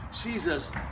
Jesus